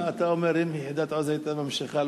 אתה אומר שאם יחידת "עוז" היתה ממשיכה,